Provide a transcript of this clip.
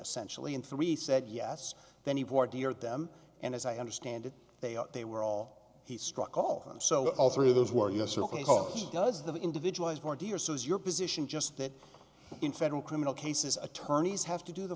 essentially and three said yes then he wanted to hear them and as i understand it they are they were all he struck all so all three of those were yes or no is the individualized more dear so is your position just that in federal criminal cases attorneys have to do the